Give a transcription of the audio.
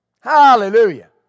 Hallelujah